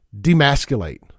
demasculate